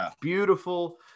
Beautiful